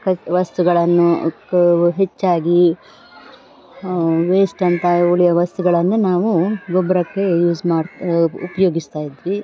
ಕಚ್ಚಾ ವಸ್ತುಗಳನ್ನು ಕ ಹೆಚ್ಚಾಗಿ ವೇಸ್ಟ್ ಅಂತ ಉಳಿಯುವ ವಸ್ತುಗಳನ್ನು ನಾವು ಗೊಬ್ಬರಕ್ಕೆ ಯೂಸ್ ಮಾಡಿ ಉಪಯೋಗಿಸ್ತಾ ಇದ್ವಿ